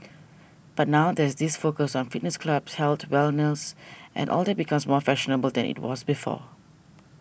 but now there's this focus on fitness clubs health wellness all that becomes more fashionable than it was before